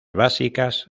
básicas